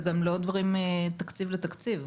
זה גם לא דברים מתקציב לתקציב.